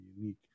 unique